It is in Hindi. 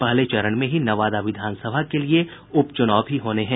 पहले चरण में ही नवादा विधानसभा के लिए उपचुनाव भी होने हैं